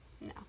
No